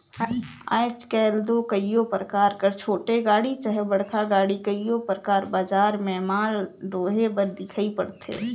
आएज काएल दो कइयो परकार कर छोटे गाड़ी चहे बड़खा गाड़ी कइयो परकार बजार में माल डोहे बर दिखई परथे